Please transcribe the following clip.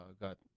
got